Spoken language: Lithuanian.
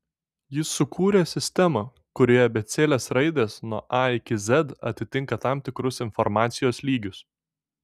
jis sukūrė sistemą kurioje abėcėlės raidės nuo a iki z atitinka tam tikrus informacijos lygius